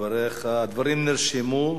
הדברים נרשמו.